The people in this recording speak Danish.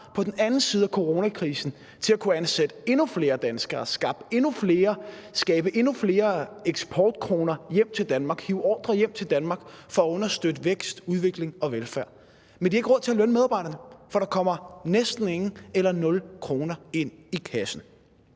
på den anden side af coronakrisen til at kunne ansætte endnu flere danskere og skaffe endnu flere eksportkroner hjem til Danmark, hive ordrer hjem til Danmark for at understøtte vækst, udvikling og velfærd. Men de har ikke råd til at lønne medarbejderne, for der kommer næsten ingen eller nul kroner ind i kassen.